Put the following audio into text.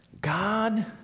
God